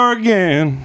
again